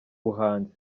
buhanzi